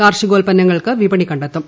കാർഷികോൽപ്പന്നങ്ങൾക്ക് വിപണി കണ്ടെത്തും